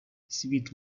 світ